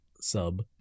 sub